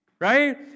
right